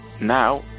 Now